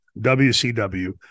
WCW